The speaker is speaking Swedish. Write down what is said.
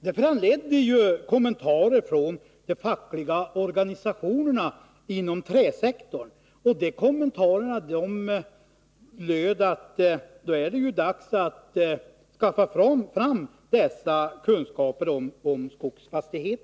Det föranledde den kommentaren från de fackliga organisationerna inom träsektorn att det var dags att skaffa sig dessa kunskaper.